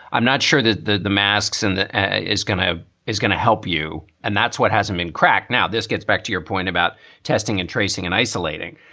i'm not sure that the the masks and that is going to is going to help you. and that's what hasn't been cracked. now, this gets back to your point about testing and tracing and isolating.